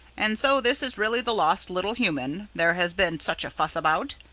and so this is really the lost little human there has been such a fuss about!